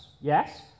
Yes